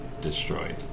destroyed